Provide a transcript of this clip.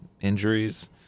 injuries